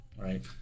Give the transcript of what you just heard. right